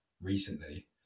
recently